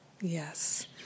Yes